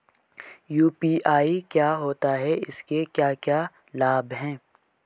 UPI क्या होता है इसके क्या क्या लाभ हैं?